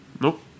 Nope